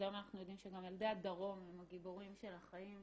אז היום אנחנו יודעים שגם ילדי הדרום הם הגיבורים של החיים.